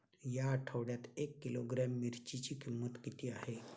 या आठवड्यात एक किलोग्रॅम मिरचीची किंमत किती आहे?